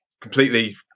completely